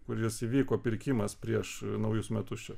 kuris įvyko pirkimas prieš naujus metus čia